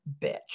bitch